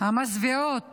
המזוויעות